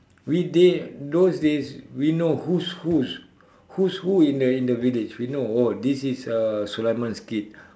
we they those days we know whose whose whose who in the in the village we know oh this is uh sulaiman's kid